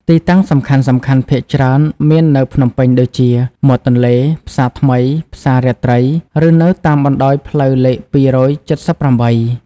ទីតាំងសំខាន់ៗភាគច្រើនមាននៅ ភ្នំពេញដូចជា មាត់ទន្លេ ផ្សារថ្មី ផ្សាររាត្រី ឬនៅតាមបណ្តោយផ្លូវលេខ ២៧៨ ។